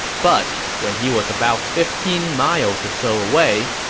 but when he was about fifteen miles or so away,